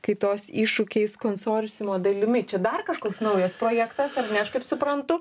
kaitos iššūkiais konsorciumo dalimi čia dar kažkoks naujas projektas ar ne aš kaip suprantu